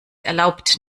erlaubt